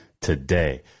today